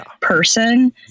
person